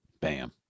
Bam